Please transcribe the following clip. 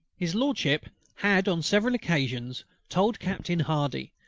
his lordship had on several occasions told captain hardy,